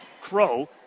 Crow